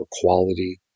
quality